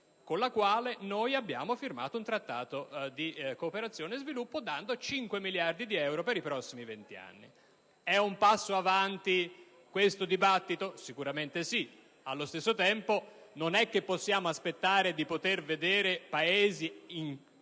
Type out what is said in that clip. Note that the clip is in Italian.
con la quale abbiamo firmato un Trattato di cooperazione e sviluppo dando 5 miliardi di euro per i prossimi 20 anni. È un passo avanti questo dibattito? Sicuramente sì. Allo stesso tempo, però, non possiamo aspettare di vedere Paesi